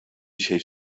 dzisiaj